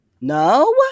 No